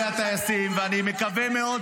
אז אני אומר על גלית.